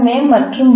ஏ மற்றும் டி